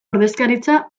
ordezkaritza